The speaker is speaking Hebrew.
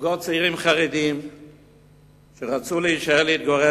זוגות צעירים חרדים שרצו להישאר להתגורר